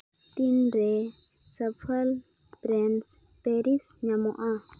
ᱛᱤᱱ ᱨᱮ ᱥᱮᱯᱷᱟᱨ ᱯᱷᱨᱮᱱᱥ ᱯᱮᱨᱤᱥ ᱧᱟᱢᱚᱜᱼᱟ